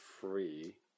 free